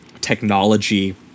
technology